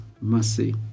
mercy